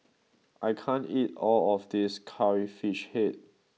I can't eat all of this Curry Fish Head